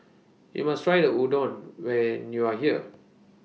YOU must Try Udon when YOU Are here